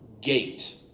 gate